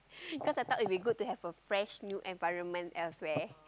cause I thought it will be good to have a fresh new environment elsewhere